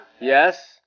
Yes